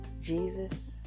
Jesus